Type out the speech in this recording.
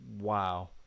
wow